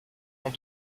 ans